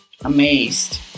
amazed